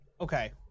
Okay